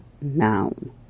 noun